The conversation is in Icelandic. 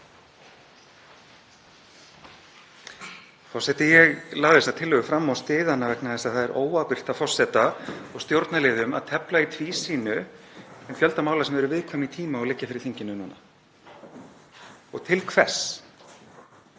Forseti. Ég lagði þessa tillögu fram og styð hana vegna þess að það er óábyrgt af forseta og stjórnarliðum að tefla í tvísýnu fjölda mála sem eru viðkvæm í tíma og liggja fyrir þinginu núna. Og til hvers?